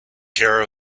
care